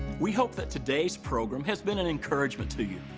we hope that today's program has been an encouragement to you.